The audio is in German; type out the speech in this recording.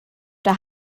der